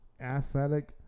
athletic